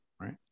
right